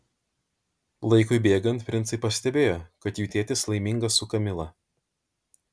laikui bėgant princai pastebėjo kad jų tėtis laimingas su kamila